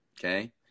Okay